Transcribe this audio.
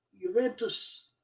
Juventus